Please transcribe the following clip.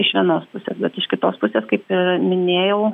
iš vienos pusės bet iš kitos pusės kaip ir minėjau